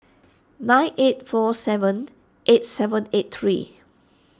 nine eight four seven eight seven eight three